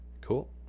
cool